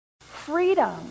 Freedom